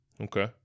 Okay